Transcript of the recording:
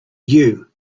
you